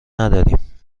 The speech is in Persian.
نداریم